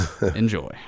Enjoy